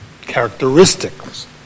characteristics